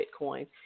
Bitcoin